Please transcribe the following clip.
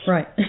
Right